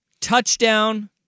touchdown